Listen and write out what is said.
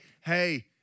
hey